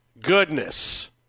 goodness